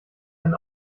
ein